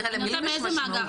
למילים יש משמעות.